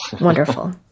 Wonderful